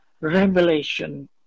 revelation